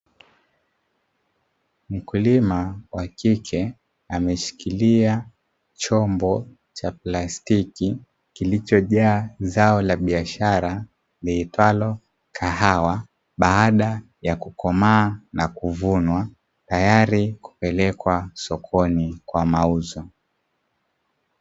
Mkulima wa kike ameshikilia chombo cha plastiki kilichojaa zao la kibiashara. liitalwo kahawa baada ya kukomaa na kuvunwa tayari kupelekwa sokoni kwa mauzo.